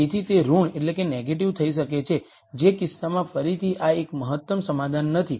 તેથી તે ઋણ નેગેટીવ થઈ શકે છે જે કિસ્સામાં ફરીથી આ એક મહત્તમ સમાધાન નથી